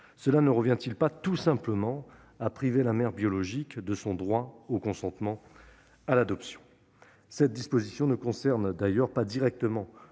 cela ne revient-il pas tout simplement à priver la mère biologique de son droit au consentement à l'adoption ? Cette disposition ne concerne d'ailleurs pas directement